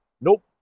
nope